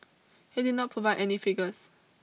he did not provide any figures